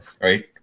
right